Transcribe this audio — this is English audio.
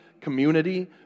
community